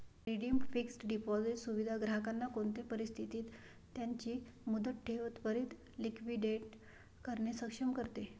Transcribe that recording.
redeemed fixed deposit सुविधा ग्राहकांना कोणते परिस्थितीत त्यांची मुदत ठेव त्वरीत लिक्विडेट करणे सक्षम करते